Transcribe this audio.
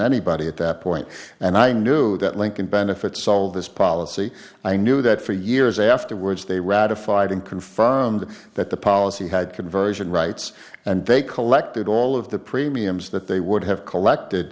anybody at that point and i knew that lincoln benefits all this policy i knew that for years afterwards they ratified and confirmed that the policy had conversion rights and they collected all of the premiums that they would have